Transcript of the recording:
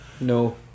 No